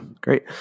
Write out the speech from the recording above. Great